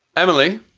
emily.